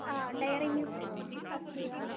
हा dairy milk अस्ति वा